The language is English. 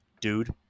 dude